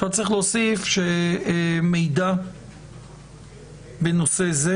עכשיו צריך להוסיף שמידע בנושא זה